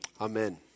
Amen